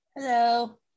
Hello